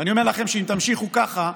ואני אומר לכם שאם תמשיכו ככה,